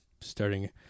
starting